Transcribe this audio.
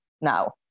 now